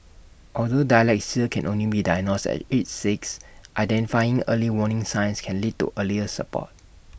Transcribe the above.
although dyslexia can only be diagnosed at age six identifying early warning signs can lead to earlier support